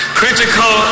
critical